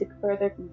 further